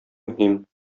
мөһим